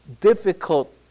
Difficult